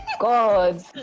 god